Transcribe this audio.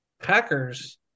Packers